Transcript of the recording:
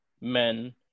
men